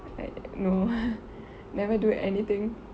like no never do anything